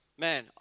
man